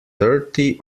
thirty